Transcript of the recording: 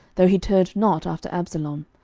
though he turned not after absalom.